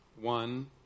one